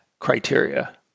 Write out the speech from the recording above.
criteria